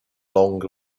long